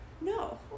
no